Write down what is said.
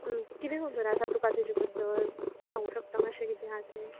किदें खबर आसा तुकां तेचे बद्दल सांगू शकता मातशें किदें आ तें